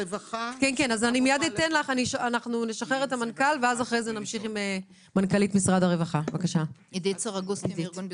שמי עדית סרגוסטי מארגון בזכות,